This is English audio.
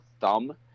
thumb